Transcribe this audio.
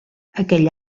aquell